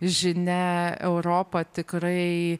žinia europa tikrai